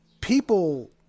people